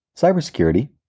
cybersecurity